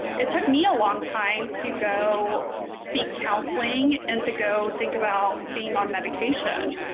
it took me a long time to go seek counseling and to go think about being on medication